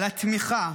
על התמיכה,